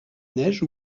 neige